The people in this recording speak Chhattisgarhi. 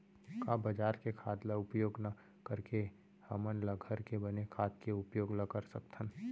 का बजार के खाद ला उपयोग न करके हमन ल घर के बने खाद के उपयोग ल कर सकथन?